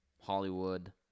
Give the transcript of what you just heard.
Hollywood